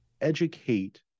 educate